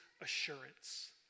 assurance